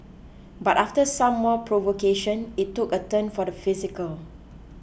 but after some more provocation it took a turn for the physical